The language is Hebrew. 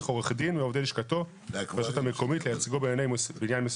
עורך דין מעובדי לשכתו ברשות המקומית לייצגו בעניין מסוים.